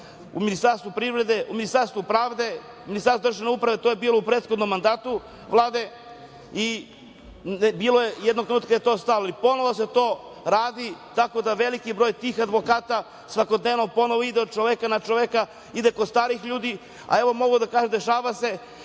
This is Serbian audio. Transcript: bili na sastancima u Ministarstvu pravde, Ministarstvu državne uprave. To je bilo u prethodnom mandatu Vlade. Jednog trenutka je to stalo. Ponovo se to radi, tako da veliki broj tih advokata svakodnevno ponovo ide od čoveka na čoveka, ide kod starih ljudi, a evo, mogu da kažem, dešava se